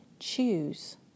Choose